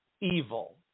evil